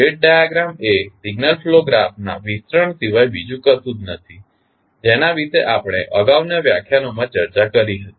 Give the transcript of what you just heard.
state diagram એ signal flow graph ના વિસ્તરણ સિવાય બીજું કશું જ નથી જેના વિશે આપણે અગાઉના વ્યાખ્યાનોમાં ચર્ચા કરી હતી